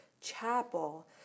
chapel